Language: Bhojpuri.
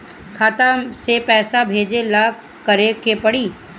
खाता से पैसा भेजे ला का करे के पड़ी?